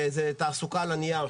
זה תעסוקה על הנייר,